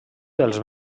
dels